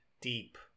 deep